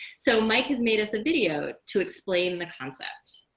so mike has made us a video to explain the concept.